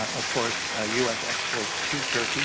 of course, u s. exports to turkey